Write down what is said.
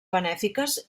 benèfiques